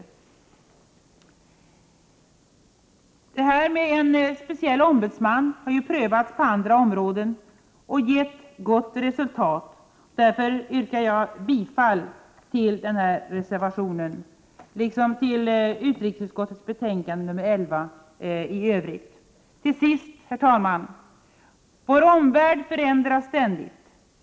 Systemet med en speciell ombudsman har prövats på andra områden och gett gott resultat. Därför yrkar jag bifall till denna reservation och i övrigt till utrikesutskottets hemställan. Herr talman! Till sist: Vår omvärld förändras ständigt.